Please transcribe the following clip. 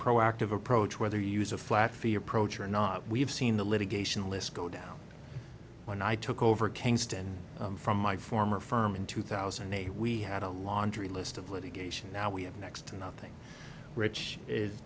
proactive approach whether you use a flat fee approach or not we have seen the litigation list go down when i took over kingston from my former firm in two thousand and eight we had a laundry list of litigation now we have next to nothing which is